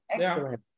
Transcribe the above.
excellent